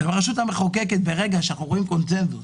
כאשר אנחנו רואים קונצנזוס